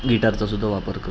गिटारचा सुद्धा वापर करतो